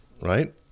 right